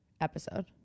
episode